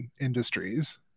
industries